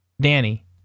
Danny